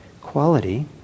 quality